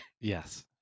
Yes